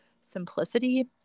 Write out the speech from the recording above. simplicity